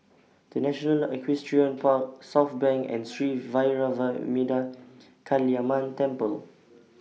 The National Equestrian Park Southbank and Sri Vairavimada Kaliamman Temple